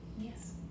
Yes